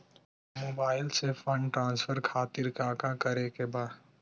Mobile से fund transfer खातिर काका करे के बा?